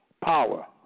power